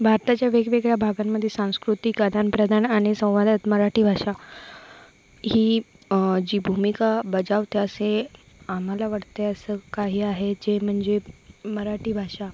भारताच्या वेगवेगळ्या भागांमदे सांस्कृतिक आदानप्रदान आणि संवादात मराठी भाषा ही जी भूमिका बजावते असे आम्हाला वाटते असं काही आहे जे म्हणजे मराठी भाषा